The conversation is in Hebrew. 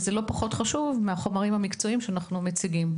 וזה לא פחות חשוב מהחומרים המקצועיים שאנחנו מציגים.